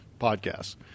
podcasts